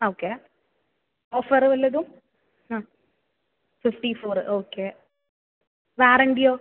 ആ okay offer വല്ലതും ആ ഫിഫ്റ്റി ഫോറ് ഓക്കെ വാറണ്ടിയോ